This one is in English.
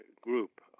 group